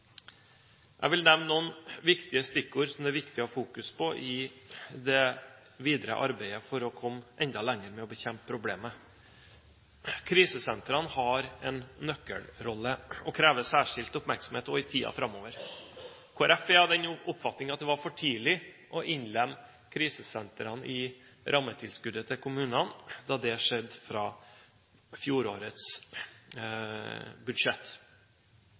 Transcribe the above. Jeg vil nevne noen viktige stikkord som det er viktig å ha fokus på i det videre arbeidet for å komme enda lenger i å bekjempe problemet. Krisesentrene har en nøkkelrolle og krever særskilt oppmerksomhet også i tiden framover. Kristelig Folkeparti er av den oppfatningen at det var for tidlig å innlemme krisesentrene i rammetilskuddet til kommunene da det skjedde fra fjorårets budsjett.